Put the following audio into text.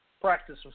practice